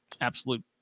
absolute